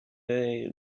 they